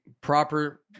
proper